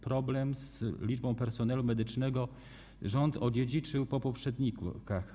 Problem z liczbą personelu medycznego rząd odziedziczył po poprzednikach.